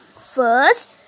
first